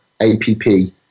A-P-P